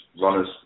runners